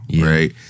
right